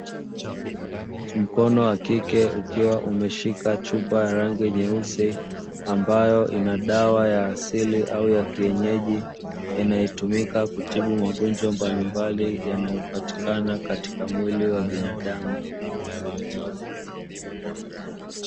Mkono wa kike ukiwa umeshika chupa ya rangi nyeusi ambayo ina dawa ya asili au ya kienyeji ambayo inatumika kutibu magonjwa mbalimbali yanayopatikana katika mwili wa binadamu.